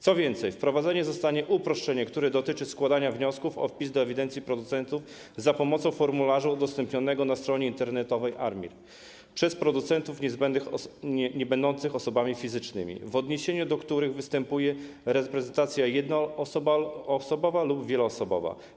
Co więcej, wprowadzone zostanie uproszczenie, które dotyczy składania wniosków o wpis do ewidencji producentów za pomocą formularza udostępnionego na stronie internetowej ARiMR przez producentów niebędących osobami fizycznymi, w odniesieniu do których występuje reprezentacja jednoosobowa lub wieloosobowa.